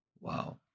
Wow